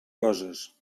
coses